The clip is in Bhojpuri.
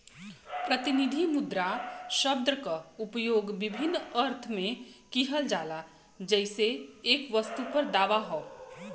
प्रतिनिधि मुद्रा शब्द क उपयोग विभिन्न अर्थ में किहल जाला जइसे एक वस्तु पर दावा हौ